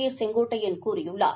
ஏ செங்கோட்டையன் கூறியுள்ளார்